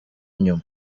nyuma